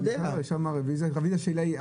חברי הכנסת.